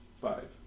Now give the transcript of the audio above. Five